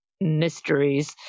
mysteries